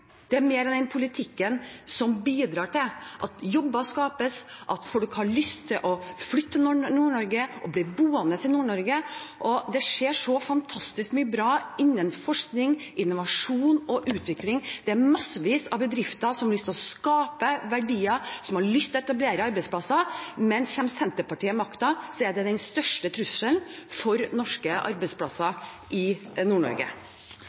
er mer av den politikken som bidrar til at jobber skapes, at folk har lyst til å flytte til Nord-Norge og bli boende i Nord-Norge. Det skjer så fantastisk mye bra innen forskning, innovasjon og utvikling. Det er mange bedrifter som har lyst til å skape verdier, og som har lyst til å etablere arbeidsplasser. Men kommer Senterpartiet til makten, er det den største trusselen mot norske arbeidsplasser